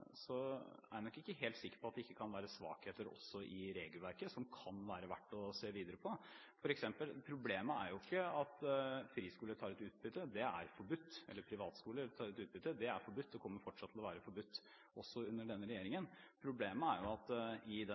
ikke helt sikker på at det ikke også kan være svakheter i regelverket som kan være verdt å se videre på. For eksempel er jo ikke problemet at privatskoler tar ut utbytte – det er forbudt og kommer fortsatt til å være forbudt under denne regjeringen. Problemet er at ifølge den loven som de